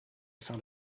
found